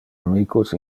amicos